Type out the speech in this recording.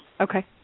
Okay